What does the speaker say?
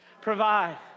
provide